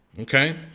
Okay